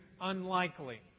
Unlikely